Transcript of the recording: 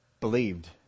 believed